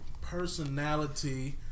Personality